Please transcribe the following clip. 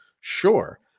Sure